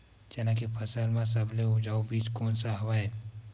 चना के फसल म सबले उपजाऊ बीज कोन स हवय?